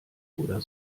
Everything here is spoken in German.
oder